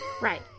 Right